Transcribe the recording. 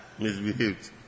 misbehaved